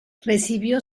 recibió